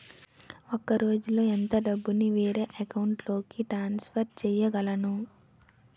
ఒక రోజులో ఎంత డబ్బుని వేరే అకౌంట్ లోకి ట్రాన్సఫర్ చేయగలను?